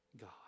God